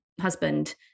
husband